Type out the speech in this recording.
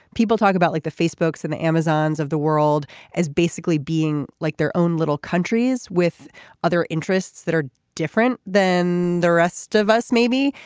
people talk about like the facebook and the amazons of the world as basically being like their own little countries with other interests that are different than the rest of us maybe.